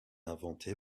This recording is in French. inventée